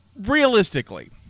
realistically